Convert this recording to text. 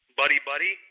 buddy-buddy